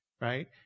right